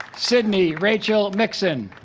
sydney rachel mixon